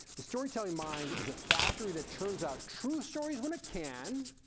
the storytelling mind is a factory that churns out true stories when it can,